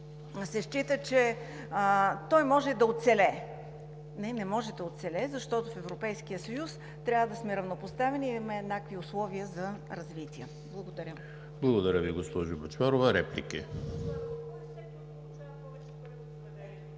се счита, че той може да оцелее. Не, не може да оцелее, защото в Европейския съюз трябва да сме равнопоставени, имаме еднакви условия за развитие. Благодаря. ПРЕДСЕДАТЕЛ ЕМИЛ ХРИСТОВ: Благодаря Ви, госпожо Бъчварова. Реплики?